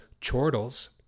chortles